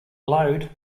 blowed